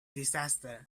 disaster